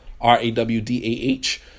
R-A-W-D-A-H